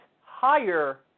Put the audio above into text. higher